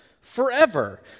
forever